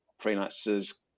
freelancers